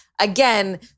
again